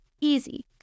easy